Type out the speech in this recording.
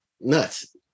nuts